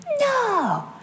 No